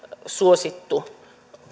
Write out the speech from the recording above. suosittu